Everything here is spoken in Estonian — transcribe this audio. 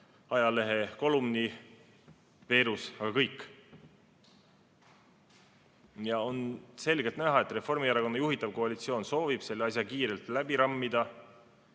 ajalehe kolumniveerus, aga see on kõik. On selgelt näha, et Reformierakonna juhitav koalitsioon soovib selle asja kiirelt läbi rammida.